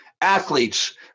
Athletes